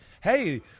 hey